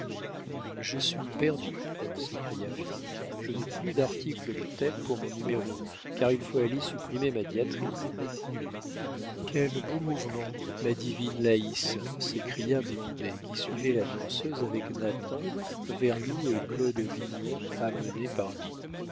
je suis perdu s'écria finot je n'ai plus d'article de tête pour mon numéro car il faut aller supprimer ma diatribe quel beau mouvement ma divine laïs s'écria blondet qui suivait la danseuse avec nathan vernou et claude vignon amené par lui